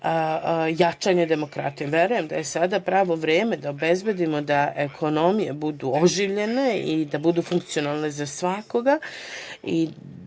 jačanje demokratije. Verujem da je sada pravo vreme da obezbedimo da ekonomije budu oživljene i da budu funkcionalne za svakoga